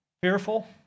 fearful